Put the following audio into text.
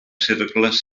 cercles